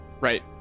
Right